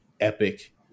epic